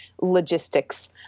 logistics